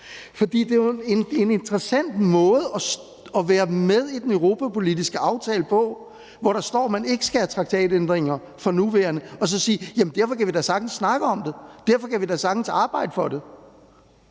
Det er jo en interessant måde at være med i den europapolitiske aftale på, hvor der står, at man ikke skal have traktatændringer, for nuværende, at sige: Jamen derfor kan vi da sagtens snakke om det, og derfor kan vi da sagtens arbejde for det.